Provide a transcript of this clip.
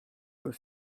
were